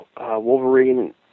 Wolverine